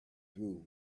through